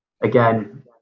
again